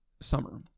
summer